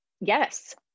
yes